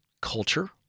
culture